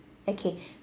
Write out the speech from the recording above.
okay